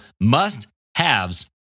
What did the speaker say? must-haves